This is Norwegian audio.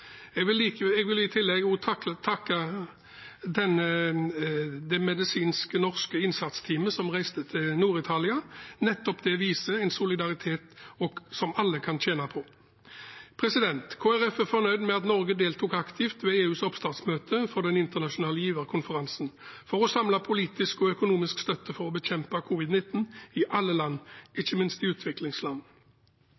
Jeg vil i tillegg takke det norske medisinske innsatsteamet som reiste til Nord-Italia. Nettopp det viser en solidaritet som alle kan tjene på. Kristelig Folkeparti er fornøyd med at Norge deltok aktivt ved EUs oppstartsmøte for den internasjonale giverkonferansen for å samle politisk og økonomisk støtte for å bekjempe covid-19 i alle land,